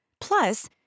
Plus